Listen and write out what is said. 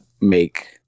make